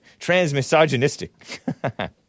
Transmisogynistic